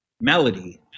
melody